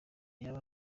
yaba